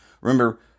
Remember